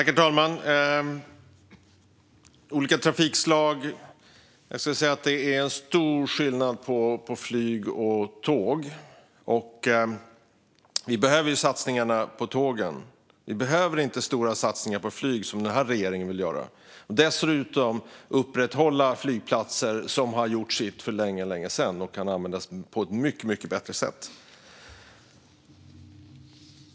Herr talman! Jag skulle säga att det är en stor skillnad på trafikslagen flyg och tåg. Vi behöver satsningarna på tågen. Vi behöver inte stora satsningar på flyg, som den här regeringen vill göra. Dessutom vill regeringen upprätthålla flygplatser som har gjort sitt för länge sedan och som kan användas på ett mycket bättre sätt.